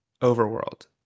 overworld